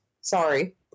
Sorry